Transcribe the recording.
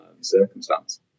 circumstance